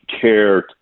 care